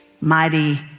mighty